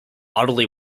audley